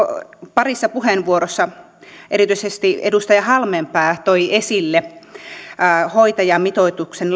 parissa puheenvuorossa erityisesti edustaja halmeenpää tuotiin esille hoitajamitoituksen